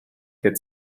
der